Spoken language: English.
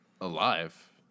Alive